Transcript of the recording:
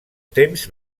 temps